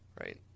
Right